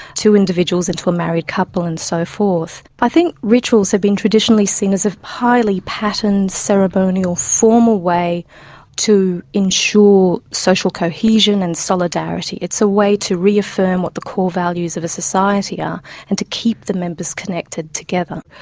two individuals into a married couple and so forth. i think rituals have been traditionally seen as a highly patterned, ceremonial, formal way to ensure social cohesion and solidarity. it's a way to reaffirm what the core values of a society are and to keep the members connected together.